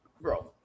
Bro